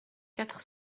quatre